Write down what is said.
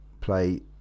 play